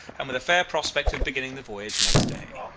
and with a fair prospect of beginning the voyage next day.